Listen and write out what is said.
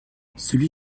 celui